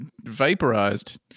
Vaporized